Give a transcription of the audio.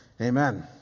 Amen